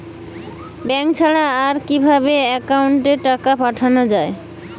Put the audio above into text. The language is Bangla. ব্যাঙ্ক ছাড়া আর কিভাবে একাউন্টে টাকা পাঠানো য়ায়?